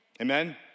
amen